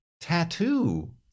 tattoo